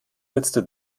letzte